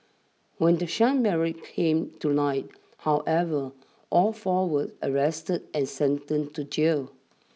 when the sham marriage came to light however all four were arrested and sentenced to jail